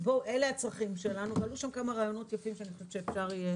אלה הצרכים שלנו ועלו שם כמה רעיונות יפים שאני חושבת שאפשר יהיה